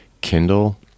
Kindle